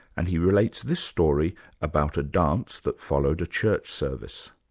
and he relates this story about a dance that followed a church service.